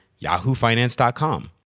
yahoofinance.com